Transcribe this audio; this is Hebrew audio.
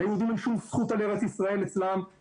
ליהודים אין שום זכות על ארץ-ישראל אצלם,